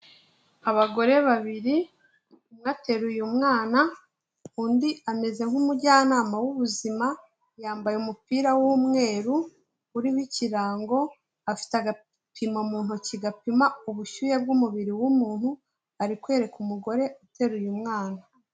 Abagore babiri, umwe ateruye umwana, undi ameze nk'umujyanama w'ubuzima, yambaye umupira w'umweru uriho ikirango, afite agapimo mu ntoki gapima ubushyuhe bw'umubiri w'umuntu, ari kwereka umugore uteruye umwana.